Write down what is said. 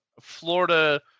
Florida